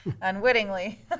unwittingly